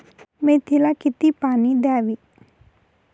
मेथीला किती पाणी द्यावे?